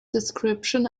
description